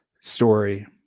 story